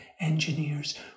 engineers